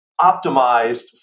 optimized